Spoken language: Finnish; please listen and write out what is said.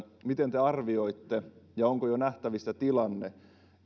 miten te arvioitte onko jo nähtävissä tilanne